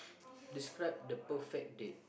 describe the perfect date